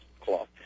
cloth